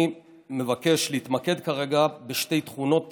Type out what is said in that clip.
אני מבקש להתמקד כרגע בשתי תכונות